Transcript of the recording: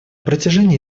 протяжении